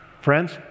friends